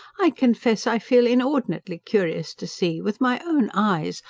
i confess i feel inordinately curious to see, with my own eyes,